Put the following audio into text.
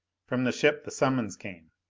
from the ship the summons came,